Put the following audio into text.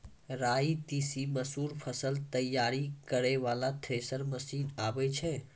राई तीसी मसूर फसल तैयारी करै वाला थेसर मसीन आबै छै?